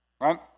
right